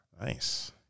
Nice